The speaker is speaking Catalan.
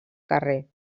carrer